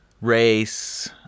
race